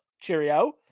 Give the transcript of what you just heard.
Cheerio